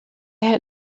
had